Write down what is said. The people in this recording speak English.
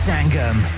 Sangam